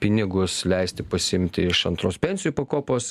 pinigus leisti pasiimti iš antros pensijų pakopos